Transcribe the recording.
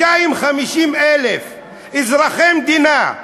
250,000 אזרחי המדינה,